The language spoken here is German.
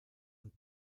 und